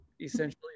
essentially